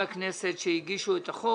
פיננסיים (שירותים פיננסיים מוסדרים) (תיקון)